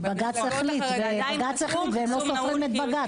כי בג"צ החליט והם לא סופרים את בג"צ.